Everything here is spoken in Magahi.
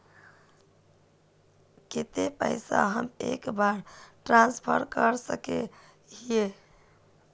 केते पैसा हम एक बार ट्रांसफर कर सके हीये?